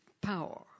power